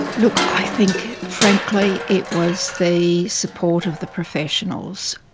look, i think frankly it was the support of the professionals.